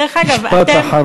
דרך אגב, אתם, משפט אחרון.